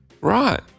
Right